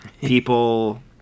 people